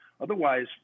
Otherwise